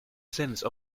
sense